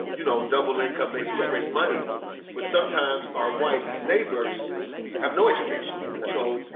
you know double income, making great money but sometimes our white neighbors have no education, you know.